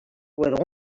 with